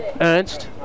ernst